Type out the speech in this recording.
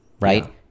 right